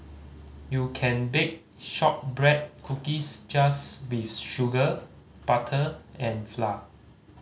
you can bake shortbread cookies just with sugar butter and flour